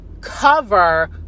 cover